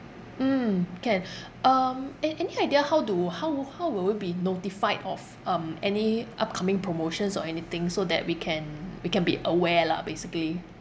mm can um a~ any idea how do how how will we be notified of um any upcoming promotions or anything so that we can we can be aware lah basically